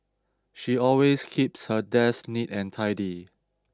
she always keeps her desk neat and tidy